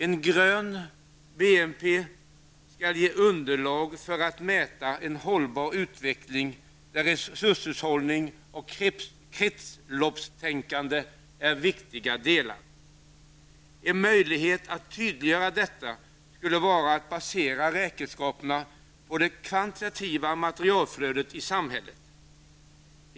En grön BNP skall ge underlag för att mäta en hållbar utveckling, där resurshushållning och kretsloppstänkande är viktiga delar. En möjlighet att tydliggöra detta skulle vara att basera räkenskaperna på det kvantitativa materialflödet i samhället.